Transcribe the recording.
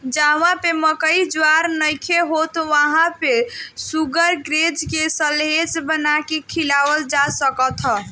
जहवा पे मकई ज्वार नइखे होत वहां पे शुगरग्रेज के साल्लेज बना के खियावल जा सकत ह